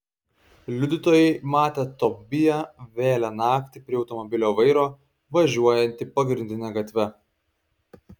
liudytojai matę tobiją vėlią naktį prie automobilio vairo važiuojantį pagrindine gatve